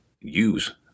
use